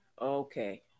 okay